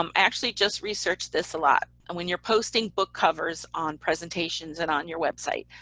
um actually just researched this a lot, and when you're posting book covers on presentations, and on your website,